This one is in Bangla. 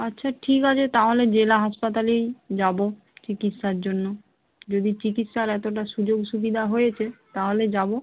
আচ্ছা ঠিক আছে তাহলে জেলা হাসপাতালেই যাবো চিকিৎসার জন্য যদি চিকিৎসার এতোটা সুযোগ সুবিধা হয়েছে তাহলে যাবো